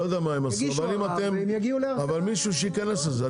לא יודע מה הם עשו אבל מישהו שייכנס לזה.